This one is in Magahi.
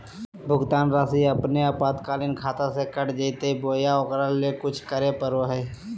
भुक्तान रासि अपने आपातकालीन खाता से कट जैतैय बोया ओकरा ले कुछ करे परो है?